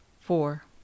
four